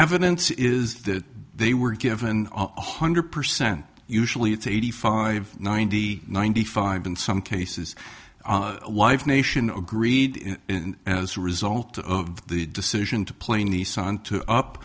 evidence is that they were given one hundred percent usually it's eighty five ninety ninety five in some cases live nation agreed as a result of the decision to play nissan to up